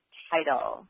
title